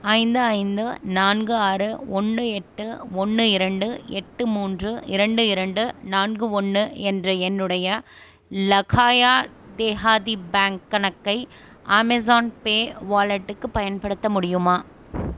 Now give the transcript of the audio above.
ஐந்து ஐந்து நான்கு ஆறு ஒன்று எட்டு ஒன்று இரண்டு எட்டு மூன்று இரண்டு இரண்டு நான்கு ஒன்று என்ற என்னுடைய லகாயா தேஹாதி பேங்க் கணக்கை அமேசான்பே வாலெட்டுக்கு பயன்படுத்த முடியுமா